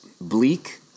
bleak